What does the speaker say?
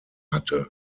hatte